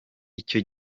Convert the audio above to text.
icyo